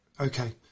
okay